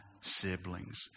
siblings